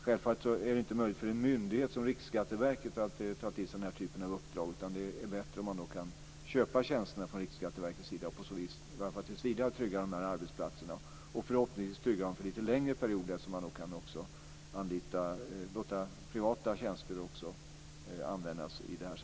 Självfallet är det inte möjligt för en myndighet som Riksskatteverket att ta till sig den här typen av uppdrag, utan det är bättre om man kan köpa tjänsterna. På så vis kan man i alla fall tills vidare trygga arbetsplatserna. Förhoppningsvis kan man också trygga dem för en lite längre period eftersom man även kan låta privata tjänster användas.